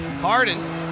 Harden